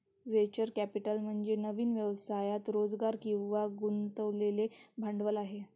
venture capital म्हणजे नवीन व्यवसायात रोजगार किंवा गुंतवलेले भांडवल